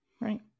right